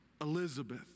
Elizabeth